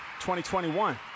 2021